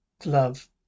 glove